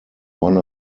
one